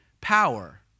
Power